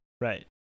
Right